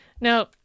now